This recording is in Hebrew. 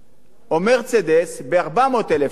או "מרצדס" ב-400,000 שקל,